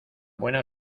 buena